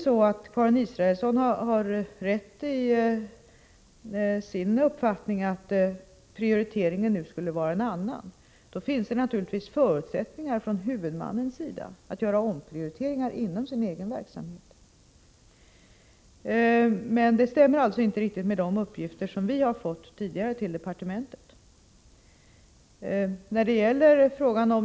Om Karin Israelsson har rätt i sin uppfattning att prioriteringen nu skulle vara en annan finns det naturligtvis förutsättningar för huvudmannen att göra omprioriteringar inom sin egen verksamhet. Men detta stämmer alltså inte riktigt med de uppgifter som vi tidigare fått till departementet.